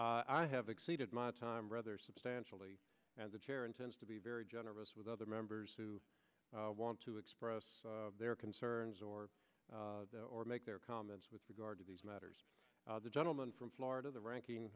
i have exceeded my time rather substantially as the chair intends to be very generous with other members who want to express their concerns or make their comments with regard to these matters the gentleman from florida the ranking